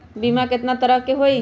बीमा केतना तरह के होइ?